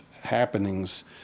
happenings